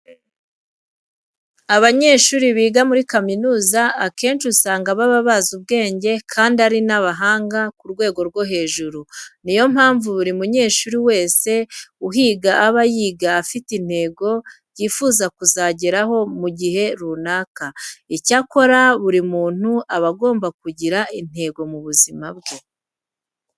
Abanyeshuri biga muri kaminuza akenshi usanga baba bazi ubwenge kandi ari n'abahanga ku rwego rwo hejuru. Ni yo mpamvu buri munyeshuri wese uhiga aba yiga afite intego yifuza kuzageraho mu gihe runaka. Icyakora buri muntu aba agomba kugira intego mu buzima bwe.